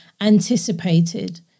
anticipated